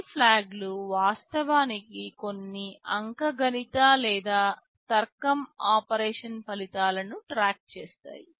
ఈ ఫ్లాగ్లు వాస్తవానికి కొన్ని అంకగణిత లేదా తర్కం ఆపరేషన్ ఫలితాలను ట్రాక్ చేస్తాయి